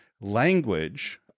language